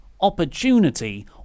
opportunity